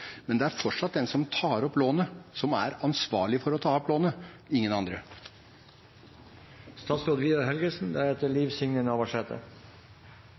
men det er fortsatt den som tar opp lånet, som er ansvarlig for å ta opp lånet, ingen andre.